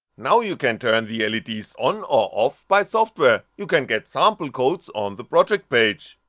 now you can turn the leds on or off by software you can get sample codes on the project page.